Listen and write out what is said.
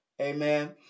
amen